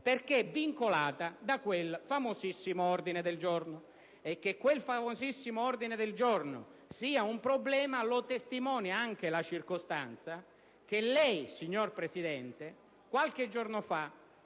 perché vincolata da quel famosissimo ordine del giorno. Che quel famosissimo ordine del giorno sia un problema lo testimonia anche la circostanza che lei, signor Presidente, qualche giorno fa